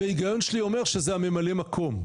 וההיגיון שלי אומר שזה הממלא מקום,